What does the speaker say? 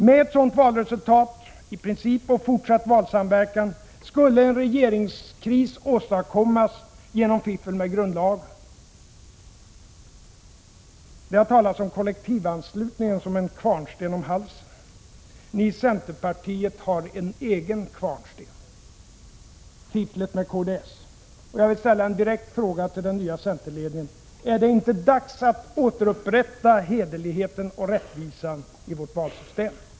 Med ett sådant valresultat — i princip byggt på en fortsatt valsamverkan av det här slaget — skulle en regeringskris åstadkommas genom fiffel med grundlagen. Det har talats om kollektivanslutningen som en kvarnsten om halsen för socialdemokratin. Ni i centerpartiet har en egen kvarnsten — fifflet med kds— och jag vill ställa en direkt fråga till den nya centerledningen: Är det inte dags att återupprätta hederligheten och rättvisan i vårt valsystem?